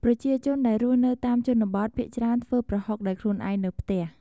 ប្រជាជនដែលរស់នៅតាមជនបទភាគច្រើនធ្វេីប្រហុកដោយខ្លួនឯងនៅផ្ទះ។